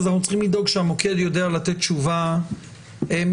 הם צריכים לדאוג שהמוקד יודע לתת תשובה מהירה